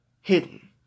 hidden